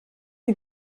sie